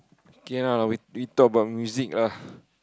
okay lah we we talk about music lah